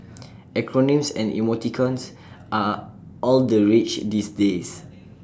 acronyms and emoticons are all the rage these days